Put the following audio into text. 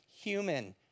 human